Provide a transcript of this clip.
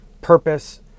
purpose